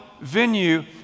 venue